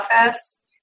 office